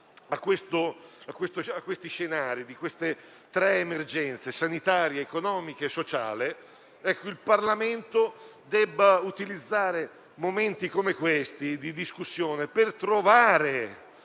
a questi scenari e a queste tre emergenze (sanitaria, economica e sociale), il Parlamento debba utilizzare momenti di discussione come